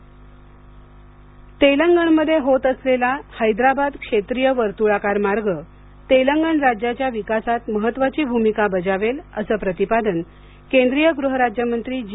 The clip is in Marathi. तेलंगणा वर्तळाकार मार्ग तेलंगणमध्ये होत असलेलाहैद्राबाद क्षेत्रीय वर्तुळाकार मार्ग तेलंगण राज्याच्या विकासात महत्वाची भूमिका बजावेळ असं प्रतिपादन केंद्रीय ग्रूह राज्य मंत्री जी